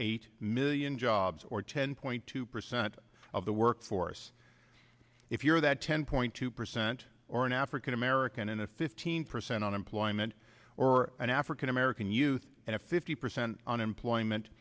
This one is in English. eight million jobs or ten point two percent of the workforce if you're that ten point two percent or an african american and a fifteen percent unemployment or an af in american youth and fifty percent unemployment